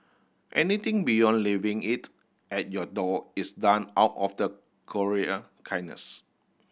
anything beyond leaving it at your door is done out of the courier kindness